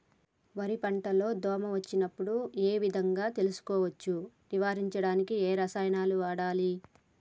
వరి పంట లో దోమ వచ్చినప్పుడు ఏ విధంగా తెలుసుకోవచ్చు? నివారించడానికి ఏ రసాయనాలు వాడాలి?